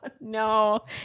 no